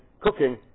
cooking